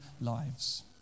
lives